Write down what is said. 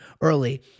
early